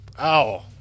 Ow